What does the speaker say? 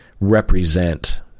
represent